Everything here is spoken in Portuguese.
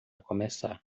começar